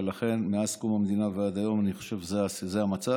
ולכן מאז קום המדינה ועד היום אני חושב שזה המצב.